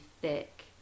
thick